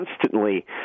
constantly